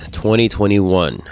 2021